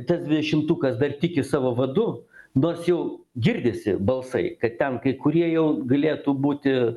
tas dvidešimtukas dar tiki savo vadu nors jau girdisi balsai kad ten kai kurie jau galėtų būti